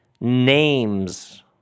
names